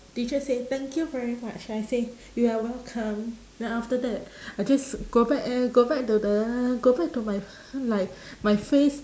teacher say thank you very much I say you are welcome then after that I just go back eh go back to the uh go back to my like my face